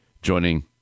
joining